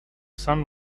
sun